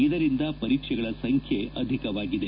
ಇದರಿಂದ ಪರೀಕ್ಷೆಗಳ ಸಂಖ್ಯೆ ಅಧಿಕವಾಗಿದೆ